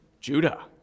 Judah